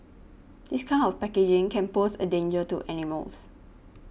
this kind of packaging can pose a danger to animals